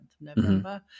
November